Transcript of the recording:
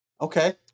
Okay